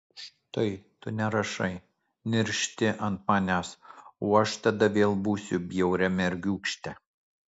štai tu nerašai niršti ant manęs o aš tada vėl būsiu bjauria mergiūkšte